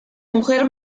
mujer